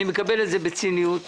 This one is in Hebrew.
מקבל בציניות